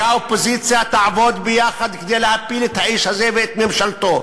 שהאופוזיציה תעבוד ביחד כדי להפיל את האיש הזה ואת ממשלתו,